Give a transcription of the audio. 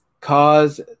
cause